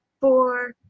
four